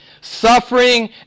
suffering